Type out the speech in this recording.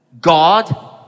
God